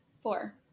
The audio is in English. Four